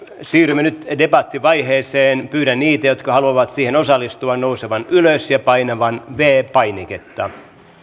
siirrymme nyt debattivaiheeseen pyydän niitä jotka haluavat siihen osallistua nousemaan ylös ja painamaan viides painiketta